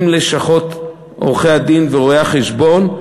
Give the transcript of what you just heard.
עם לשכות עורכי-הדין ורואי-החשבון,